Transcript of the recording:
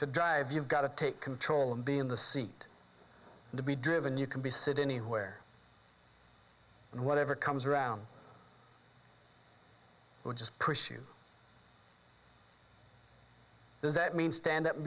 to drive you've got to take control and be in the seat to be driven you can be sittin where whatever comes around will just push you does that mean stand up